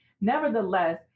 nevertheless